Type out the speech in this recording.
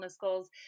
goals